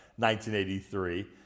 1983